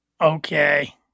Okay